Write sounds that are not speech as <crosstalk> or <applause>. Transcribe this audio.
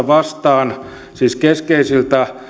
<unintelligible> vastaan siis keskeisiltä <unintelligible>